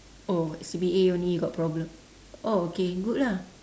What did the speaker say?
oh C_B_A only you got problem oh okay good lah